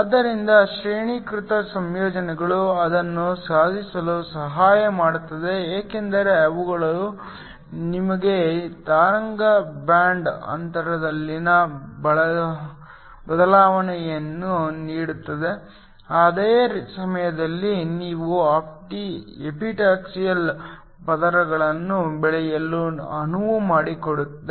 ಆದ್ದರಿಂದ ಶ್ರೇಣೀಕೃತ ಸಂಯೋಜನೆಗಳು ಅದನ್ನು ಸಾಧಿಸಲು ಸಹಾಯ ಮಾಡುತ್ತವೆ ಏಕೆಂದರೆ ಅವುಗಳು ನಿಮಗೆ ತರಂಗ ಬ್ಯಾಂಡ್ ಅಂತರದಲ್ಲಿನ ಬದಲಾವಣೆಯನ್ನು ನೀಡುತ್ತವೆ ಅದೇ ಸಮಯದಲ್ಲಿ ನೀವು ಎಪಿಟಾಕ್ಸಿಯಲ್ ಪದರಗಳನ್ನು ಬೆಳೆಯಲು ಅನುವು ಮಾಡಿಕೊಡುತ್ತದೆ